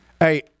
Hey